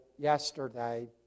yesterday